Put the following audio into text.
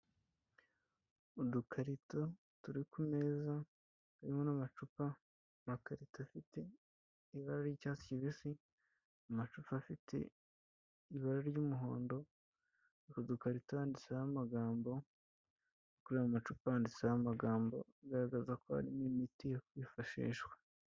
Udukarito turi ku meza harimo n'amacupa, amakarito afite ibara ry'icyatsi kibisi, amacupa afite ibara ry'umuhondo, ku dukarito handitseho amagambo no kuri ayo macupaditse handitse amagambo agaragaza ko harimo imiti yo kwifashishwa.